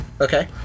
Okay